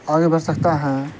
آگے بڑھ سکتا ہیں